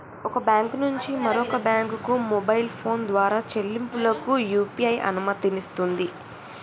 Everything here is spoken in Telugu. ఒక బ్యాంకు నుంచి మరొక బ్యాంకుకు మొబైల్ ఫోన్ ద్వారా చెల్లింపులకు యూ.పీ.ఐ అనుమతినిస్తుంది